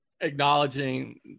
Acknowledging